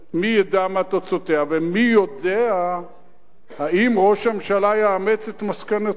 מי ידע מה תוצאותיה ומי יודע אם ראש הממשלה יאמץ את מסקנותיה,